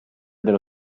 dello